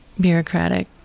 bureaucratic